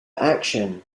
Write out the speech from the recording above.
action